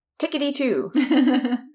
Tickety-two